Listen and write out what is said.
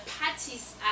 parties